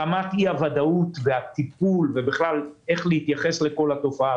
רמת אי-הוודאות והטיפול ואיך להתייחס לכל התופעה